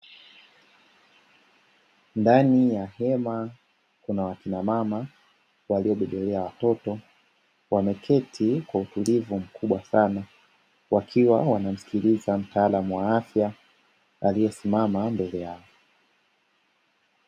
Ndani ya hema kuna wasinamama waliobebelea watoto wameketi kwa utulivu mkubwa sana, wakiwa wanamsikiliza mtaalam wa afya, aliyesimama mbele yao.